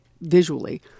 visually